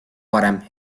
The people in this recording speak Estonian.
varem